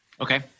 Okay